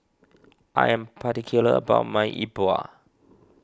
I am particular about my Yi Bua